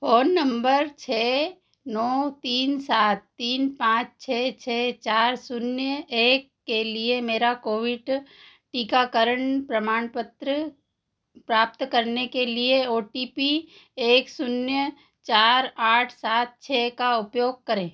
phone number छः नौ तीन सात तीन पाँच छः छः चार शून्य एक के लिए मेरा कोविट टीकाकरण प्रमाणपत्र प्राप्त करने के लिए ओ टी पी एक शून्य चार आठ सात छः का उपयोग करें